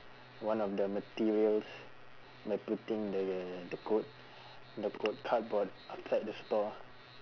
one of the materials by putting the the code the code cardboard outside the store ah